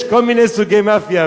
יש כל מיני סוגי מאפיה,